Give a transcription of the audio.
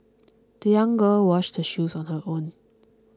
the young girl washed her shoes on her own